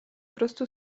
prostu